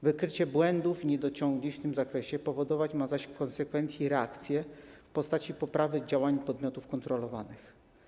Wykrycie błędów i niedociągnięć w tym zakresie powodować ma zaś w konsekwencji reakcję w postaci poprawy działań podmiotów kontrolowanych.